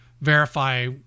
verify